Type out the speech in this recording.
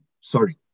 Sorry